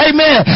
Amen